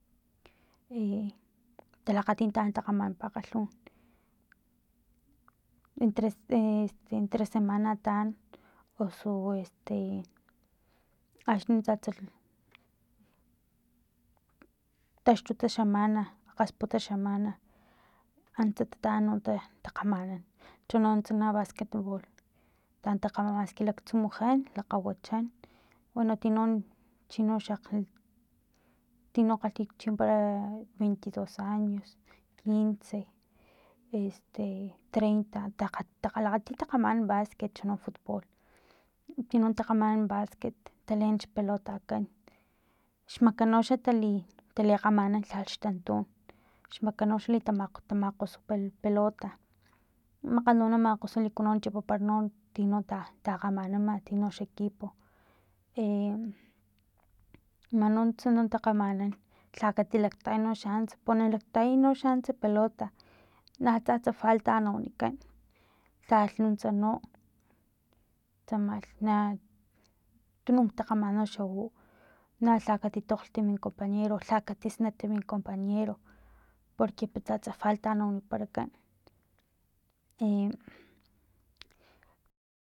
E talakgati taann takgamanan pakgalhun entre semana taan osu este axni tsatsa taxtutsa semana tasputa semana antsa tataan takgamanan chono tsama basket bool taan takgamanan maski laktsumujan lakgawachan tino chino xalklit tino kgalhi chimpara veinti dos años, quince este treinta ta ta wati takgamanan basquet chonofutbol tino takgamanan basquet taleen xpelotakan xmakan noxa tali talikgamanan lhali xtantun xmakan no xa tali talimakgosu pelota makgat no na makgosu liku na chipapara tino takgamanama tinox equipo e man nuntsa no takgamanan lha katilaktaya no xaants na laktayay no xa antsa pelota na tsatsa falta na wanikan lhalh nuntsa no tsamalh na tununk takgamanan no xa u na lha katitokglh min compañero lha katisnat min compañero porque tsatsa falta na waniparakan e